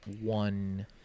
one